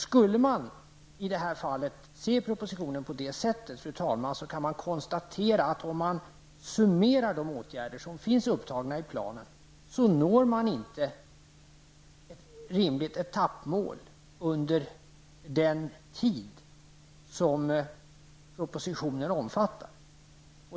Skulle man se propositionen på det sättet, kan man konstatera, när man summerar de åtgärder som finns upptagna i planen, att vi inte når ett rimligt etappmål under den tid som propositionen omfattar.